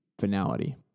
Finality